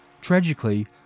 Tragically